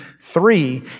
three